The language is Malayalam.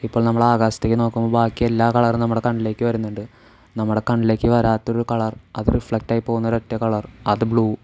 ഇപ്പോൾ നമ്മൾ ആകാശത്തേക്ക് നോക്കുമ്പോൾ ബാക്കി എല്ലാ കളറും നമ്മുടെ കണ്ണിലേക്ക് വരുന്നുണ്ട് നമ്മുടെ കണ്ണിലേക്ക് വരാത്തൊരു കളർ അത് റിഫ്ലെക്റ്റ് ആയി പോകുന്ന ഒരൊറ്റ കളർ അത് ബ്ലൂ